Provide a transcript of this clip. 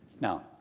Now